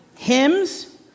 Hymns